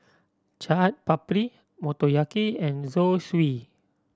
Chaat Papri Motoyaki and Zosui